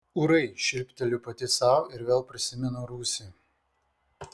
ūrai šypteliu pati sau ir vėl prisimenu rūsį